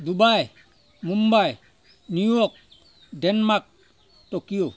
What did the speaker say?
Dubai Mumbai New York Denmark Tokyo